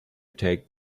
take